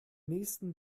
nächsten